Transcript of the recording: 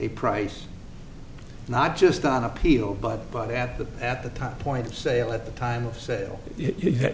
a price not just on appeal but but at the at the top point of sale at the time of sale